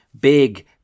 big